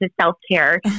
self-care